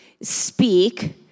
speak